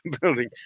building